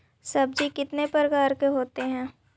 सब्जी कितने प्रकार के होते है?